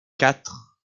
quatre